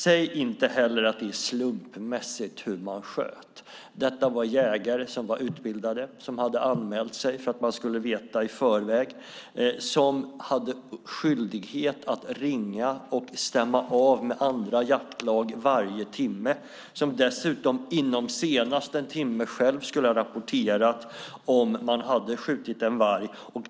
Säg heller inte att man sköt slumpmässigt! Det var utbildade jägare som hade anmält sig för att man i förväg skulle veta. De hade skyldighet att ringa och stämma av med andra jaktlag varje timme. Dessutom skulle de själva inom senast en timme rapportera om de hade skjutit en varg.